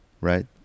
right